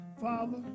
Father